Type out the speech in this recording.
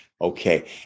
Okay